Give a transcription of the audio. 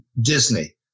Disney